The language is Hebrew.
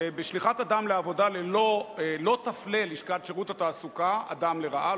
שבשליחת אדם לעבודה לא תפלה לשכת שירות התעסוקה אדם לרעה,